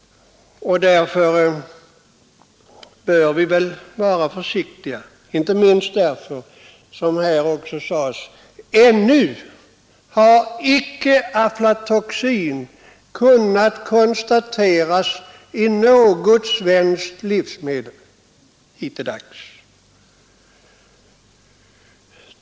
Därför bör vi vara försiktiga. Ännu har inte heller aflatoxin kunnat konstateras i något svenskt livsmedel.